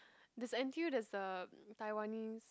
there's a N_T_U there's a Taiwanese